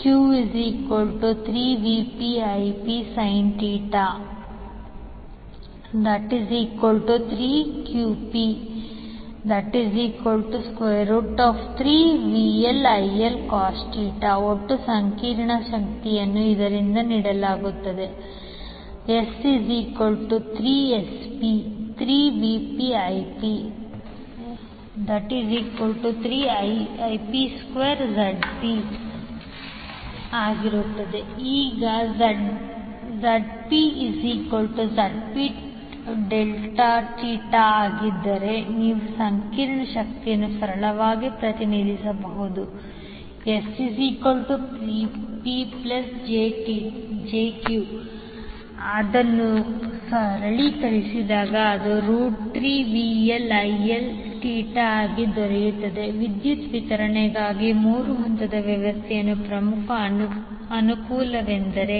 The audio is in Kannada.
Q3VpIp 3Qp3VLIL ಒಟ್ಟು ಸಂಕೀರ್ಣ ಶಕ್ತಿಯನ್ನು ಇವರಿಂದ ನೀಡಲಾಗಿದೆ S3Sp3VpIp3Ip2Zp3Vp2Zp ಈಗ ZpZp∠θ ಆಗಿದ್ದರೆ ನೀವು ಸಂಕೀರ್ಣ ಶಕ್ತಿಯನ್ನು ಸರಳವಾಗಿ ಪ್ರತಿನಿಧಿಸಬಹುದು SPjQ3VLIL∠θ ವಿದ್ಯುತ್ ವಿತರಣೆಗಾಗಿ ಮೂರು ಹಂತದ ವ್ಯವಸ್ಥೆಯ ಪ್ರಮುಖ ಅನುಕೂಲವೆಂದರೆ